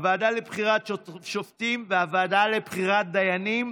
הוועדה לבחירת שופטים והוועדה לבחירת דיינים,